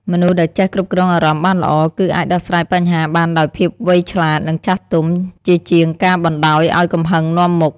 មនុស្សដែលចេះគ្រប់គ្រងអារម្មណ៍បានល្អ គឺអាចដោះស្រាយបញ្ហាបានដោយភាពវៃឆ្លាត និងចាស់ទុំ ជាជាងការបណ្តោយឲ្យកំហឹងនាំមុខ។